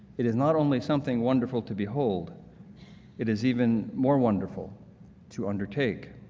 it is not only something wonderful to behold it is even more wonderful to undertake,